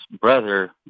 brother